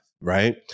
Right